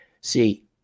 See